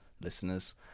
listeners